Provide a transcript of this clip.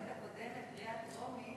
זה עבר בכנסת הקודמת בקריאה טרומית,